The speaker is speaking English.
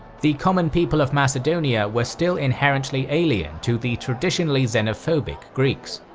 the common people of macedonia were still inherently alien to the traditionally xenophobic greeks.